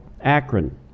Akron